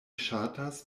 ŝatas